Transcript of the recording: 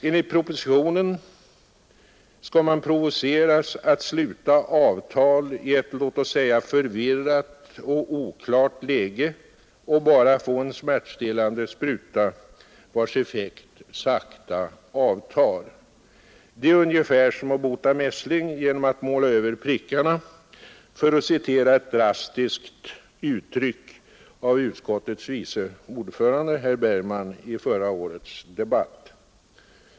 Enligt propositionen skall man provoceras att sluta avtal i ett låt oss säga förvirrat och oklart läge och bara få en smärtstillande spruta vars effekt sakta avtar. Det är ungefär som att bota mässling genom att måla över prickarna, för att citera ett drastiskt uttryck av utskottets vice ordförande, herr Bergman, i förra årets debatt.